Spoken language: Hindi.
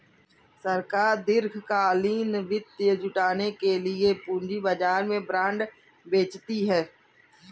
सरकार दीर्घकालिक वित्त जुटाने के लिए पूंजी बाजार में बॉन्ड बेचती है